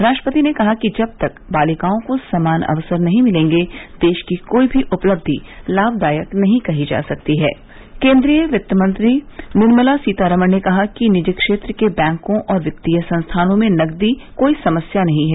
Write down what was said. राष्ट्रपति ने कहा कि जब तक बालिकाओं को समान अवसर नहीं मिलेंगे देश की कोई भी उपलब्धि लाभदायक नहीं कही जा सकती है केन्द्रीय वित्तमंत्री निर्मला सीतारामन ने कहा कि निजी क्षेत्र के बैंकों और वित्तीय संस्थानों में नकदी कोई समस्या नहीं है